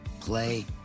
play